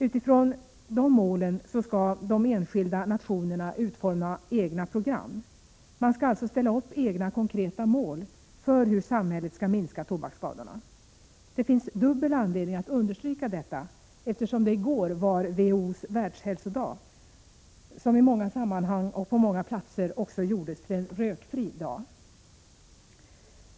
Utifrån dessa mål skall de enskilda nationerna utforma egna program. Man skall alltså ställa upp egna konkreta mål för hur samhället skall minska tobaksskadorna. Det finns dubbel anledning att understryka detta, eftersom det i går var WHO:s världshälsodag, som i många sammanhang och på många platser också gjordes till en rökfri dag.